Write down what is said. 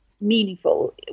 meaningful